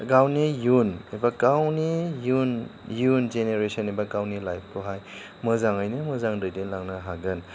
गावनि इयुन एबा गावनि इयुन इयुन जेनेरेसन एबा गावनि लाइफखौहाय मोजाङैनो मोजां दैदेनलांनो हागोन